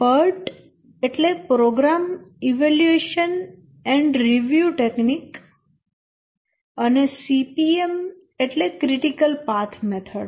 PERT એટલે program evaluation review technique Program Evaluation Review Technique અને CPM એટલે critical path method